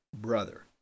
brother